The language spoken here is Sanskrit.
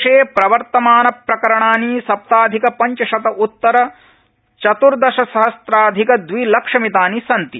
देशे प्रवर्तमान प्रकरणानि सप्ताधिकपञ्चशत उत्तर चत्र्दशसहस्राधिक द्विलक्षमितानि सन्ति